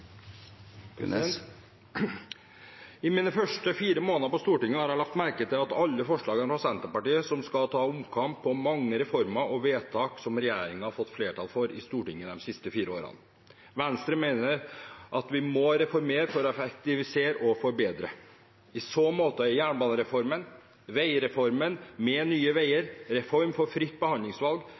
I mine første fire måneder på Stortinget har jeg lagt merke til alle forslagene fra Senterpartiet der man skal ha omkamp om mange reformer og vedtak som regjeringen har fått flertall for i Stortinget de siste fire årene. Venstre mener at vi må reformere for å effektivisere og forbedre. I så måte er jernbanereformen, veireformen med Nye Veier, reform for fritt behandlingsvalg,